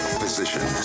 physician